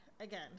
again